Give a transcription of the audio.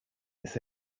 this